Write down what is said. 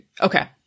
Okay